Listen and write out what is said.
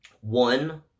one